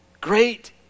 Great